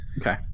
Okay